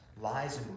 lies